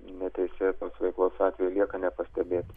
neteisėtos veiklos atvejai lieka nepastebėti